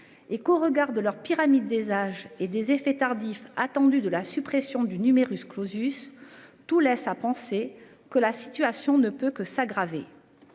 et qu'au regard de leur pyramide des âges et des effets tardifs attendu de la suppression du numerus clausus. Tout laisse à penser que la situation ne peut que s'aggraver.